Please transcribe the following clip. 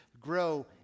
grow